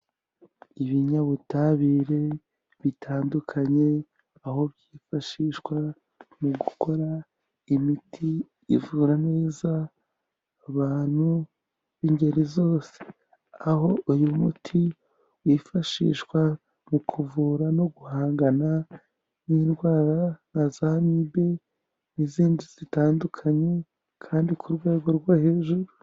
Ibinyabutabire bitandukanye aho byifashishwa mu gukora imiti ivura neza abantu b'ingeri zose, aho uyu muti wifashishwa mu kuvura no guhangana n'indwara nka za mibe n'izindi zitandukanye kandi ku rwego rwo hejuru.